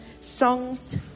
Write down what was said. songs